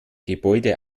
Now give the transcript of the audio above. gebäude